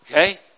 okay